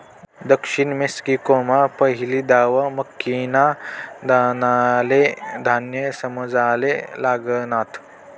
दक्षिण मेक्सिकोमा पहिली दाव मक्कीना दानाले धान्य समजाले लागनात